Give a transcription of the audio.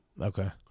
Okay